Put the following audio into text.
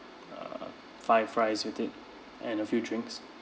err five fries with it and a few drinks